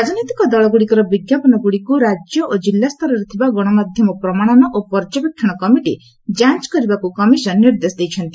ରାଜନୈତିକ ଦଳଗୁଡ଼ିକର ବିଜ୍ଞାପନଗୁଡ଼ିକୁ ରାଜ୍ୟ ଓ ଜିଲ୍ଲାସ୍ତରରେ ଥିବା ଗଣମାଧ୍ୟମ ପ୍ରମାଣନ ଓ ପର୍ଯ୍ୟବେକ୍ଷଣ କମିଟି ଯାଞ୍ଚ୍ କରିବାକୁ କମିଶନ ନିର୍ଦ୍ଦେଶ ଦେଇଛି